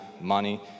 money